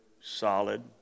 solid